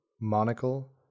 monocle